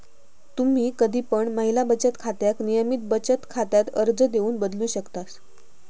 तुम्ही कधी पण महिला बचत खात्याक नियमित बचत खात्यात अर्ज देऊन बदलू शकतास